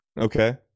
Okay